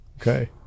Okay